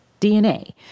DNA